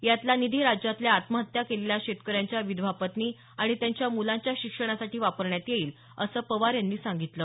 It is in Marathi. यातला निधी राज्यात आत्महत्या केलेल्या शेतक यांच्या विधवा पत्नी आणि त्यांच्या मुलांच्या शिक्षणासाठी वापरण्यात येईल असं पवार यांनी सांगितलं